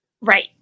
Right